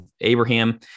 Abraham